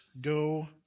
go